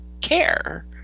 care